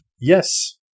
Yes